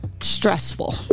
stressful